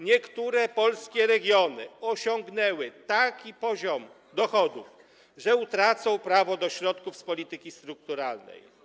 Niektóre polskie regiony osiągnęły taki poziom dochodów, że utracą prawo do środków z polityki strukturalnej.